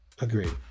Agreed